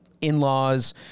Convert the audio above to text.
in-laws